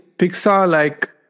Pixar-like